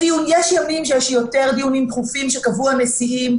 יש ימים שיש יותר דיונים דחופים שקבעו הנשיאים,